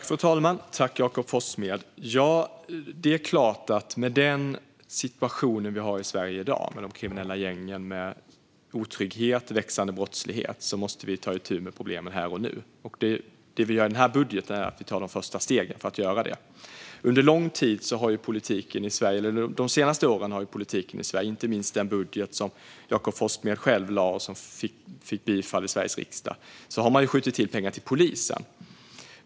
Fru talman! Det är klart att vi i och med den situation vi har i Sverige i dag - med de kriminella gängen, med otrygghet och med växande brottslighet - måste ta itu med problemen här och nu. I denna budget tar vi de första stegen för att göra det. Under de senaste åren har man i politiken i Sverige - det gäller inte minst den budget som Jakob Forssmed själv lade fram och som fick bifall i Sveriges riksdag - skjutit till pengar till polisen.